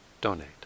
donate